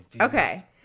Okay